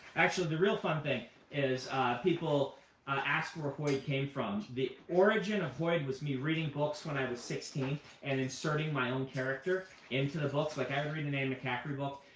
actually, the real fun thing is people ask where hoid came from. the origin of hoid was me reading books when i was sixteen and inserting my own character into the books. like, i'd read an anne mccaffrey book,